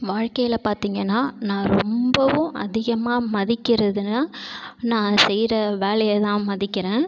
வாழ்க்கையில் பார்த்தீங்கன்னா நான் ரொம்பவும் அதிகமாக மதிக்கிறதுன்னால் நான் செய்கிற வேலையை தான் மதிக்கிறேன்